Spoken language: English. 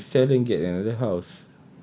I rather you sell then get another house